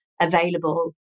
available